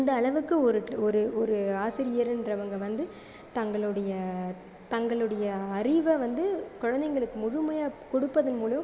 இந்த அளவுக்கு ஒரு ஒரு ஒரு ஆசிரியர்ன்றவங்க வந்து தங்களுடைய தங்களுடைய அறிவை வந்து குழந்தைங்களுக்கு முழுமையாக கொடுப்பதன் மூலம்